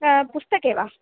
अत्र पुस्तके वा